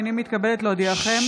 הינני מתכבדת להודיעכם,